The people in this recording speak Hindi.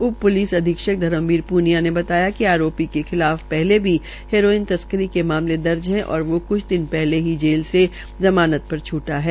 उ पुलिस अधीक्षक धर्मवीर ूनिया ने बताया कि आरोपी के खिलाफ हले भी हेरोइन तस्करी के मामले दर्ज है और वो क्छ दिन शहले ही जेल से जमानत श्र छ्टा है